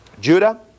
Judah